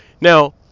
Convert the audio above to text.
Now